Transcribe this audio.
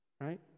Right